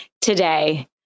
today